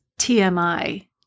TMI